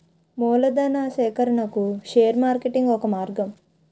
మూలధనా సేకరణకు share marketing ఒక మార్గం